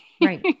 Right